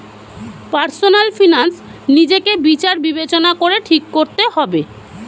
personal finance নিজেকে বিচার বিবেচনা করে ঠিক করতে হবে